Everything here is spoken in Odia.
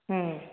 ହୁଁ